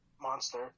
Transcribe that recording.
monster